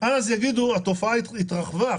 אז יגידו: "התופעה התרחבה,